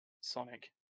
Sonic